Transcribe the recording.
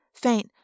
faint